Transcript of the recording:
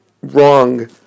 wrong